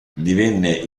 divenne